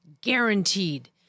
guaranteed